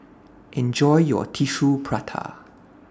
Enjoy your Tissue Prata